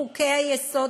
מחוקי היסוד,